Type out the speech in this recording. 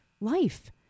life